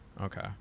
Okay